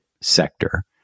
sector